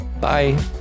bye